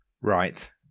Right